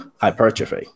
hypertrophy